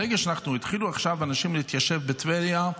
ברגע שהתחילו עכשיו אנשים להתיישב בטבריה,